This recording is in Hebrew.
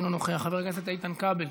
אינו נוכח, חבר הכנסת איתן כבל,